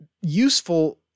useful